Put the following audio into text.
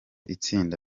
itsinda